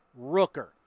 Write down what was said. Rooker